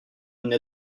une